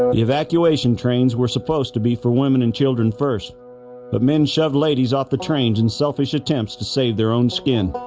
evacuation trains were supposed to be for women and children first but men shove ladies off the trains and selfish attempts to save their own skin